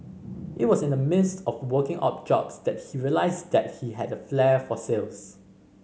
it was in the midst of working odd jobs that he realised that he had a flair for sales